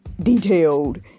detailed